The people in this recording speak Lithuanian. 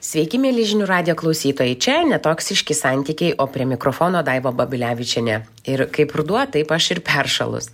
sveiki mieli žinių radijo klausytojai čia ne toksiški santykiai o prie mikrofono daiva babilevičienė ir kaip ruduo taip aš ir peršalus